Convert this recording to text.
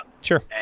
sure